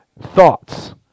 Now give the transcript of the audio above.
Thoughts